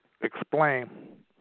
explain